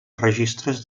registres